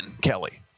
Kelly